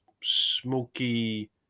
smoky